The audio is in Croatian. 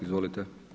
Izvolite.